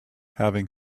having